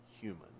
human